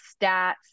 stats